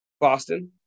Boston